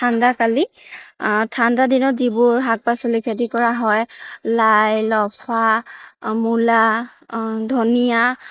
ঠাণ্ডাকালি ঠাণ্ডা দিনত যিবোৰ শাক পাচলি খেতি কৰা হয় লাই লফা মূলা ধনীয়া